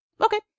Okay